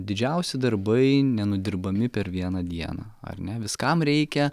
didžiausi darbai nenudirbami per vieną dieną ar ne viskam reikia